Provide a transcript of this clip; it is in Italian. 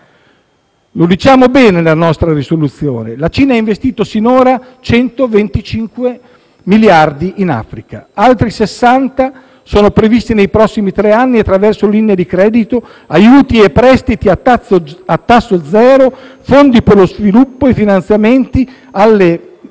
Lo diciamo bene nella nostra proposta di risoluzione: la Cina ha investito sinora 125 miliardi di euro in Africa; altri 60 miliardi sono previsti nei prossimi tre anni attraverso linee di credito, aiuti e prestiti a tasso zero, fondi per lo sviluppo, e finanziamenti alle